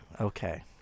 okay